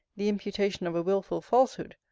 the imputation of a wilful falsehood,